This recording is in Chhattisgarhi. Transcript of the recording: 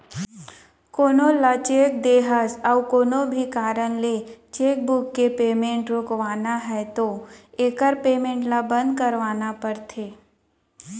कोनो ल चेक दे हस अउ कोनो भी कारन ले चेकबूक के पेमेंट रोकवाना है तो एकर पेमेंट ल बंद करवाना परथे